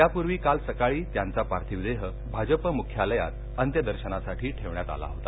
त्यापूर्वी काल सकाळी त्यांचा पार्थिव देह भाजप मुख्यालयात अंत्यदर्शनासाठी ठेवण्यात आला होता